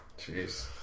Jeez